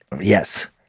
Yes